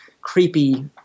creepy